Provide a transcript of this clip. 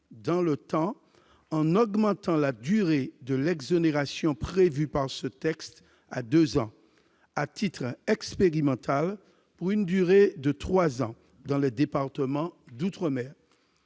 dans le temps en augmentant la durée de l'exonération prévue par ce texte à deux ans, à titre expérimental, pour une durée de trois ans dans les départements d'outre-mer.